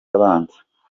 abanza